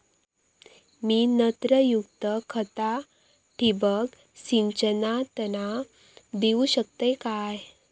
मी नत्रयुक्त खता ठिबक सिंचनातना देऊ शकतय काय?